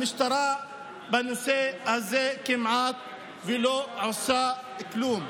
המשטרה בנושא הזה כמעט שלא עושה כלום.